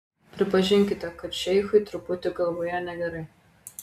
pripažinkite kad šeichui truputį galvoje negerai